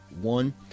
one